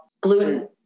gluten